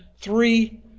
three